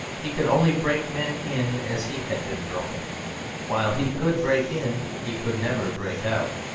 he could only break men in as he had been broken while he could break in, he could never break out.